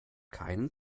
keinen